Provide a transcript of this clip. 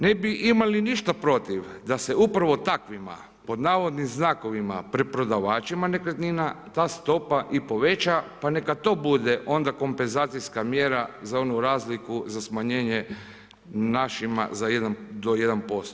Ne bi imali ništa protiv da se upravo takvima pod navodnim znakovima „preprodavačima nekretnina“ ta stopa i poveća pa neka to bude onda kompenzacijska mjera za onu razliku za smanjenje našima za 1, do 1%